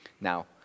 Now